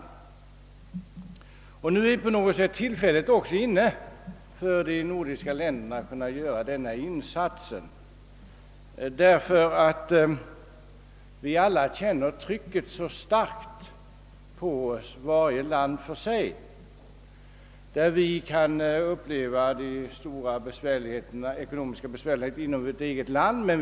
Nu är tillfället också inne för de nordiska länderna att göra en insats. I alla Nordens länder upplever människorna ett starkt tryck från de ekonomiska besvärligheter som råder.